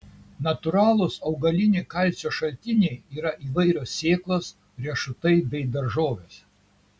natūralūs augaliniai kalcio šaltiniai yra įvairios sėklos riešutai bei daržovės